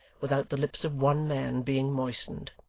without the lips of one man being moistened.